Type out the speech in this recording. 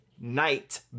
night